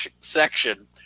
section